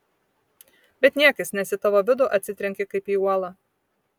bet niekis nes į tavo vidų atsitrenki kaip į uolą